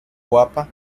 guapa